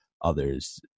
others